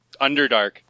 Underdark